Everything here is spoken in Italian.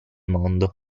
mondo